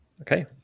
Okay